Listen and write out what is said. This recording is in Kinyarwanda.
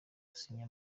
gusinya